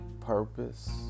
purpose